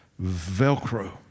Velcro